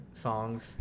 songs